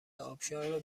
ابشار